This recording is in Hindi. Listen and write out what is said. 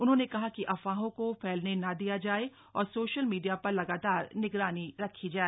उन्होंने कहा कि अफवाहों को फैलने न दिया जाय और सोशल मीडिया पर लगातार निगरानी रखी जाय